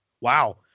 Wow